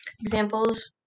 Examples